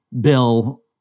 bill